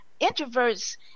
introverts